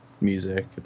music